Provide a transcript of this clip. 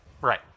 Right